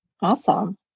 Awesome